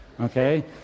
okay